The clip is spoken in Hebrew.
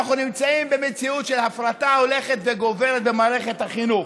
אנחנו נמצאים במציאות של הפרטה הולכת וגוברת במערכת החינוך.